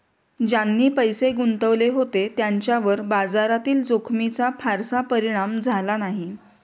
ज्यांनी पैसे गुंतवले होते त्यांच्यावर बाजारातील जोखमीचा फारसा परिणाम झाला नाही